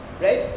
right